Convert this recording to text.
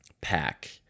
pack